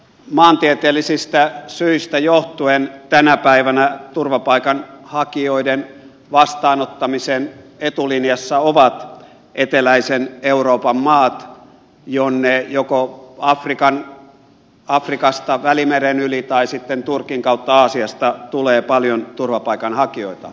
maantieteellisistä syistä johtuen tänä päivänä turvapaikanhakijoiden vastaanottamisen etulinjassa ovat eteläisen euroopan maat jonne joko afrikasta välimeren yli tai sitten turkin kautta aasiasta tulee paljon turvapaikanhakijoita